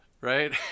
right